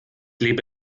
lebe